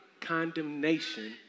condemnation